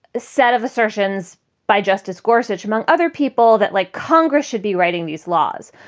set of assertions by justice gorsuch, among other people that, like congress, should be writing these laws?